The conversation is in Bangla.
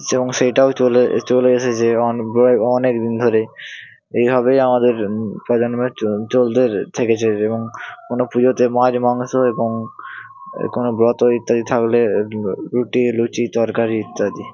সেরকম সেইটাও চলে এসছে চলে এসেছে এবং প্রায় অনেকদিন ধরে এইভাবেই আমাদের প্রজন্মের চলতে থেকেছে যেমন কোনও পুজোতে মাছ মাংস এবং এই কোনও ব্রত ইত্যাদি থাকলে রুটি লুচি তরকারি ইত্যাদি